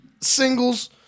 singles